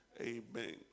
Amen